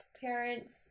parents